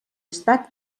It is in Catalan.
estat